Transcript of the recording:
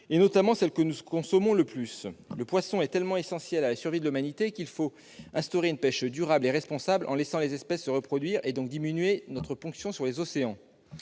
notamment celles que nous consommons le plus. Le poisson est tellement essentiel à la survie de l'humanité qu'il faut instaurer une pêche durable et responsable, en laissant les espèces se reproduire, donc diminuer notre ponction sur les océans.